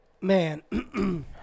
Man